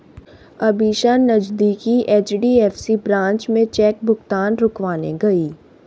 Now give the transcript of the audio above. अमीषा नजदीकी HDFC branch में cheque भुगतान रुकवाने गई